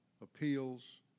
appeals